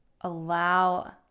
allow